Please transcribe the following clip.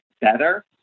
better